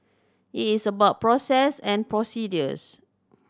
it is about process and procedures